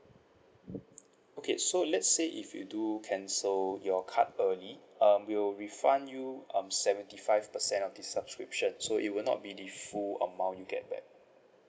okay so let's say if you do cancel your card early um we'll refund you um seventy five percent of the subscription so it will not be the full amount you get back